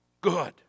good